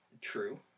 True